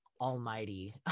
almighty